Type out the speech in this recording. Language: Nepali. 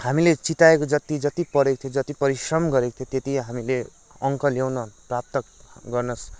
हामीले चिताएको जति जति पढेको थियौँ जति परिश्रम गरेको थियौँ त्यति हामीले अङ्क ल्याउन प्राप्त गर्न